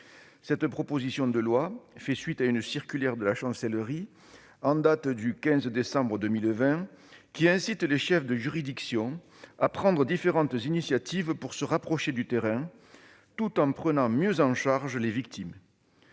Cette proposition de loi fait suite à une circulaire de la chancellerie, en date du 15 décembre 2020, qui incite les chefs de juridiction à prendre différentes initiatives pour se rapprocher du terrain, tout en prenant mieux en charge les victimes.